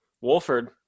Wolford